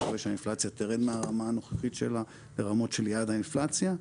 אני מקווה שהאינפלציה תרד מהרמה הנוכחית שלה לרמות של יעד האינפלציה,